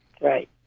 Right